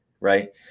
right